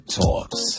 talks